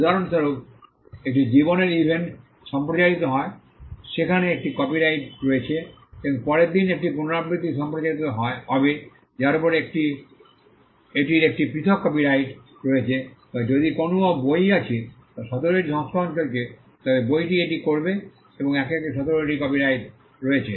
উদাহরণস্বরূপ একটি জীবনের ইভেন্ট সম্প্রচারিত হয় সেখানে একটি কপিরাইট রয়েছে এবং পরের দিন একটি পুনরাবৃত্তি সম্প্রচারিত হবে যার উপর এটির একটি পৃথক কপিরাইট রয়েছে বা যদি কোনও বই আছে যা সতেরোটি সংস্করণে চলেছে তবে বইটি এটি করবে একে একে সতেরোটি কপিরাইট রয়েছে